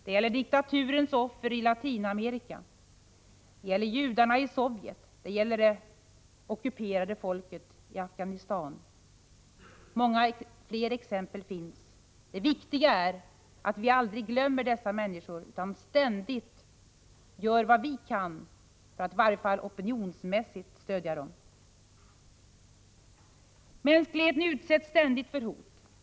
Det gäller diktaturens offer i Latinamerika. Det gäller judarna i Sovjet. Det gäller det ockuperade folket i Afghanistan. Många fler exempel finns. Det viktiga är att vi aldrig glömmer dessa människor, utan alltid gör vad vi kan för att i varje fall opinionsmässigt stödja dem. Mänskligheten utsätts ständigt för hot.